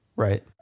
Right